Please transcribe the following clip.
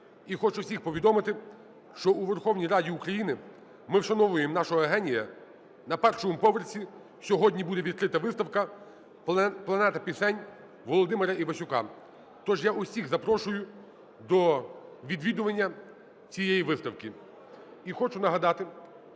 І хочу всіх повідомити, що у Верховній Раді України ми вшановуємо нашого генія. На першому поверсі сьогодні буде відкрита виставка "Планета пісень" Володимира Івасюка. Тож я усіх запрошую до відвідування цієї виставки.